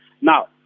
Now